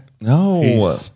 No